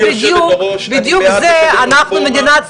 בדיוק בשביל זה אנחנו מדינת סטרטאפ,